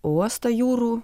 uostą jūrų